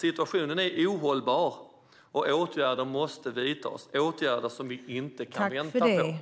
Situationen är ohållbar och åtgärder måste vidtas, åtgärder som vi inte kan vänta på.